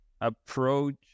approach